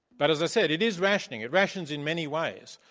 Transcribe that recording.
but as i said it is rationing. it rations in many ways.